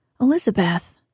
Elizabeth